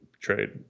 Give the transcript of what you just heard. trade